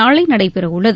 நாளை நடைபெற உள்ளது